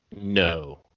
no